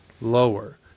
lower